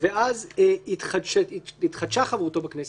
ואז התחדשה חברותו בכנסת,